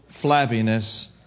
flabbiness